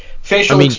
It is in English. Facial